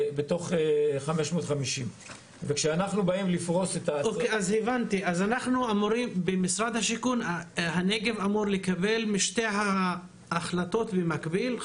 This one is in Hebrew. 550. אז הנגב אמור לקבל משתי ההחלטות במקביל?